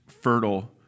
fertile